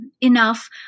enough